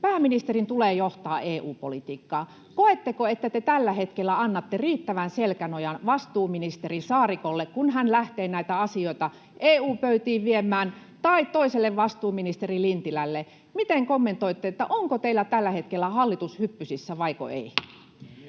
Pääministerin tulee johtaa EU-politiikkaa. Koetteko, että te tällä hetkellä annatte riittävän selkänojan vastuuministeri Saarikolle, kun hän lähtee näitä asioita EU-pöytiin viemään, tai toiselle vastuuministeri Lintilälle? Miten kommentoitte, onko teillä tällä hetkellä hallitus hyppysissä vaiko ei?